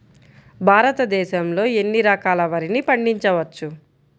భారతదేశంలో ఎన్ని రకాల వరిని పండించవచ్చు